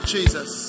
Jesus